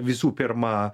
visų pirma